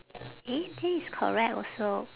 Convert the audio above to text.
eh this is correct also